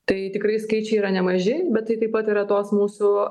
tai tikrai skaičiai yra nemaži bet tai taip pat yra tos mūsų